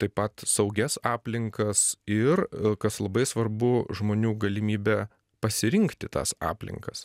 taip pat saugias aplinkas ir kas labai svarbu žmonių galimybę pasirinkti tas aplinkas